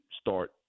start